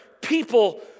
people